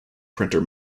printer